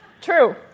True